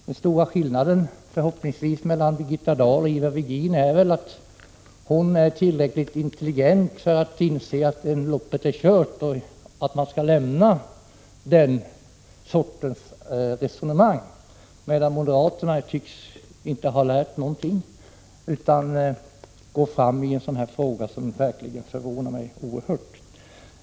Den stora skillnaden mellan Birgitta Dahl och Ivar Virgin är förhoppningsvis att hon är tillräckligt intelligent för att inse att det loppet är kört och att man skall överge den typen av resonemang, medan Ivar Virgin inte tycks ha lärt någonting utan fortsätter att gå fram med den frågan; det förvånar mig verkligen oerhört.